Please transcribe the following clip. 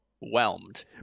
whelmed